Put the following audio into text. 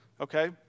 Okay